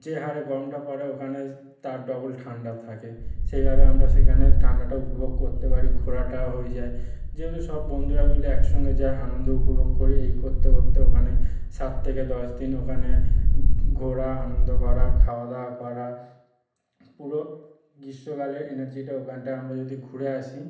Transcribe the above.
যে হারে গরমটা পড়ে ওখানে তার ডবল ঠান্ডা থাকে সেইভাবে আমরা সেখানে ঠান্ডাটা উপভোগ করতে পারি ঘোরাটাও হয়ে যায় যেহেতু সব বন্ধুরা মিলে একসঙ্গে যা আনন্দ উপভোগ করি এই করতে করতে ওখানে সাত থেকে দশ দিন ওখানে ঘোরা আনন্দ করা খাওয়া দাওয়া করা পুরো গীষ্মকালে এনার্জিটা ওখানটায় আমরা যেহেতু ঘুরে আসি